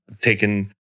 taken